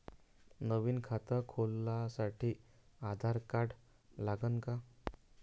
नवीन खात खोलासाठी आधार कार्ड लागन का?